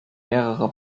mehrere